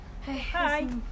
Hi